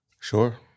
Sure